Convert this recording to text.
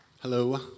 Hello